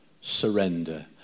surrender